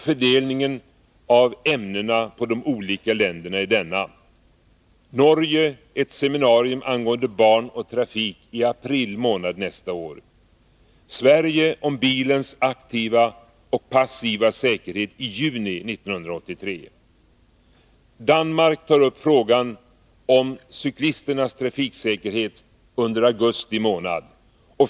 Fördelningen av ämnen på olika länder är denna: I Norge hålls i april nästa år ett seminarium angående barn och trafik. I Sverige kommer i juni 1983 ett seminarium om bilens aktiva och passiva säkerhet. I Danmark tar man under augusti månad upp frågan om cyklisternas trafiksäkerhet.